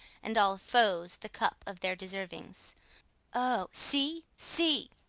and all foes the cup of their deservings o, see, see!